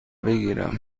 بگیرم